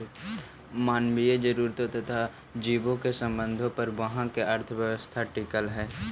मानवीय जरूरतों तथा जीवों के संबंधों पर उहाँ के अर्थव्यवस्था टिकल हई